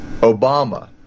Obama